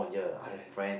correct